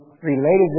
related